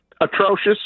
Atrocious